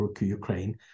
Ukraine